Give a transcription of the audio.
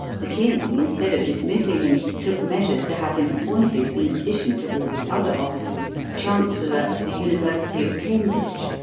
the king, instead of dismissing him, took measures to have him appointed, in addition to all his other offices, chancellor of the university of cambridge,